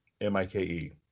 M-I-K-E